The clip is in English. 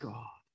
God